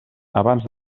abans